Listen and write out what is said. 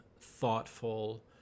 thoughtful